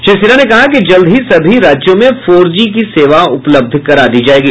श्री सिन्हा ने कहा कि जल्द ही सभी राज्यों में फोर जी की सेवा उपलब्ध करा दी जायेगी